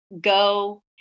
go